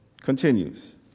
continues